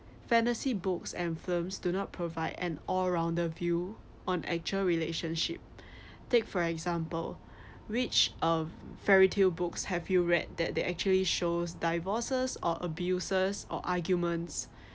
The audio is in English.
fantasy books and films do not provide an all rounder view on actual relationship take for example which of fairy tale books have you read that they actually shows divorces or abusers or arguments